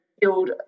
build